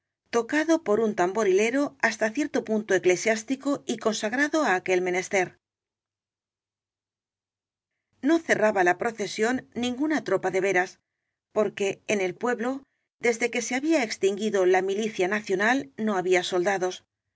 tocado por un tamborilero hasta cierto punto eclesiástico y consagrado á aquel menester no cerraba la procesión ninguna tropa de veras porque en el pueblo desde que se había extingui do la milicia nacional no había soldados